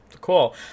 cool